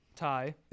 tie